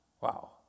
Wow